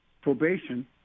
probation